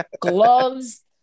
gloves